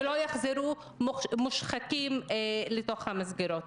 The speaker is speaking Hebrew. ולא יחזרו שחוקים לתוך המסגרות.